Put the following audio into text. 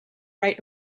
right